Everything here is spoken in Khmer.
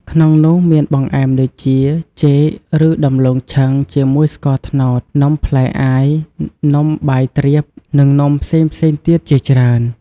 ក្នុងនោះមានបង្អែមដូចជា ចេក ឬ ដំឡូងឆឹងជាមួយស្ករត្នោត នំផ្លែអាយ នំបាយទ្រាប និងនំផ្សេងៗទៀតជាច្រើន។